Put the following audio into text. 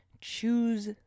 Choose